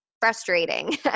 frustrating